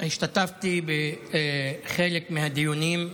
השתתפתי בחלק מהדיונים,